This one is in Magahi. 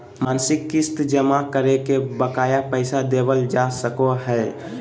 मासिक किस्त जमा करके बकाया पैसा देबल जा सको हय